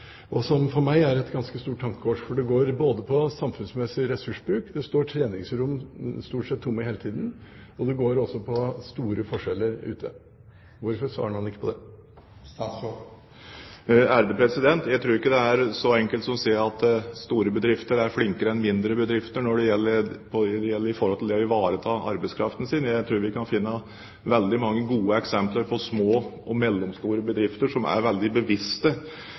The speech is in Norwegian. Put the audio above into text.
og som for meg er et ganske stort tankekors, for det går på samfunnsmessig ressursbruk – det står treningsrom tomme stort sett hele tiden. Det går også på store forskjeller ute. Hvorfor svarer man ikke på det? Jeg tror ikke det er så enkelt som å si at store bedrifter er flinkere enn mindre bedrifter til å ivareta arbeidskraften. Jeg tror vi kan finne mange gode eksempler på små og mellomstore bedrifter som er veldig bevisste